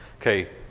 Okay